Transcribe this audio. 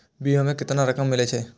बीमा में केतना रकम मिले छै?